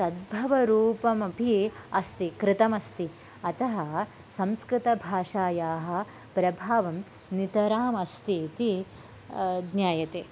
तत्भव रूपम् अपि अस्ति कृतम् अस्ति अतः संस्कृतभाषायाः प्रभावं नितराम् अस्ति इति ज्ञायते